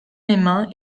mesmin